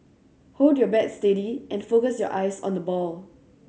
hold your bat steady and focus your eyes on the ball